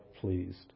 pleased